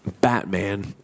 Batman